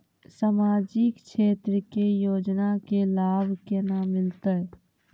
समाजिक क्षेत्र के योजना के लाभ केना मिलतै?